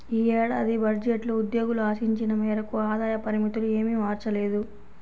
ఈ ఏడాది బడ్జెట్లో ఉద్యోగులు ఆశించిన మేరకు ఆదాయ పరిమితులు ఏమీ మార్చలేదు